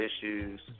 issues